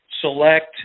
select